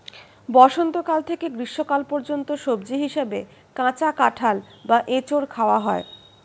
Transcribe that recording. বসন্তকাল থেকে গ্রীষ্মকাল পর্যন্ত সবজি হিসাবে কাঁচা কাঁঠাল বা এঁচোড় খাওয়া হয়